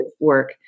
work